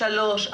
שלושה,